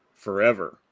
forever